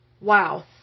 wow